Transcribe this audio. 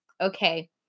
Okay